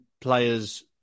players